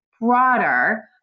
broader